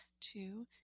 two